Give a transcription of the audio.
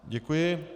Děkuji.